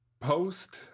post